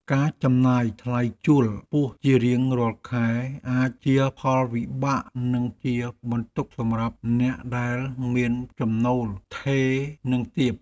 ការចំណាយថ្លៃជួលខ្ពស់ជារៀងរាល់ខែអាចជាផលវិបាកនិងជាបន្ទុកសម្រាប់អ្នកដែលមានចំណូលថេរនិងទាប។